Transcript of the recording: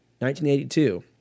1982